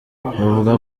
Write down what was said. bavuga